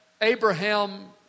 Abraham